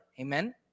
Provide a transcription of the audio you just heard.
Amen